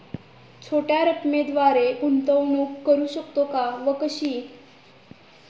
छोट्या रकमेद्वारे गुंतवणूक करू शकतो का व कशी?